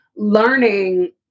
learning